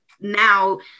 now